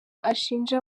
ashinja